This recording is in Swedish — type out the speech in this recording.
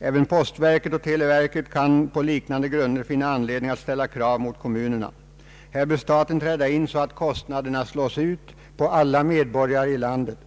även Postverket och Televerket kan på liknande grunder finna anledning att ställa krav mot kommunerna. Här bör staten träda in så att kostnaderna slås ut på alla medborgare i landet.